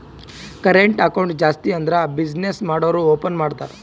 current account ಜಾಸ್ತಿ ಅಂದುರ್ business ಮಾಡೂರು ಓಪನ್ ಮಾಡ್ತಾರ